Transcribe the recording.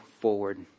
forward